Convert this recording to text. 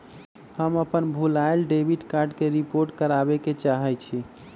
हम अपन भूलायल डेबिट कार्ड के रिपोर्ट करावे के चाहई छी